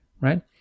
right